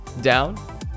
down